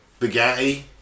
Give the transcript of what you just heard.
Bugatti